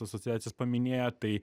asociacijos paminėjo tai